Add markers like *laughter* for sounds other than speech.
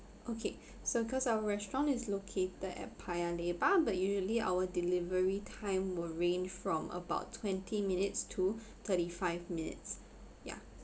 okay *breath* so cause our restaurant is located at paya lebar but usually our delivery time will range from about twenty minutes to thirty five minutes ya